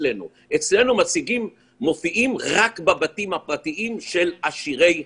אצלנו מופיעים רק בבתים הפרטיים של עשירי העם.